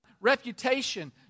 reputation